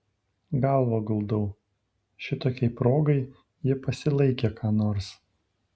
galvą guldau šitokiai progai ji pasilaikė ką nors